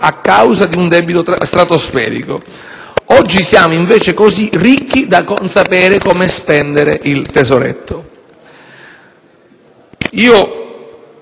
a causa di un debito stratosferico. Oggi siamo invece così ricchi da non sapere come spendere il tesoretto.